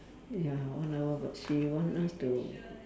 ya one hour but she want us to